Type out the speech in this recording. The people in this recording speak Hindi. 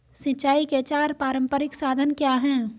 सिंचाई के चार पारंपरिक साधन क्या हैं?